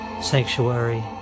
sanctuary